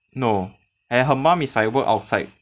no and her mum is like work outside